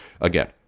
again